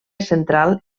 central